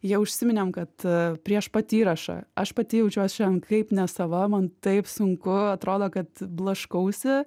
jau užsiminėm kad prieš pat įrašą aš pati jaučiuosi šiandien kaip nesava man taip sunku atrodo kad blaškausi